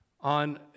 on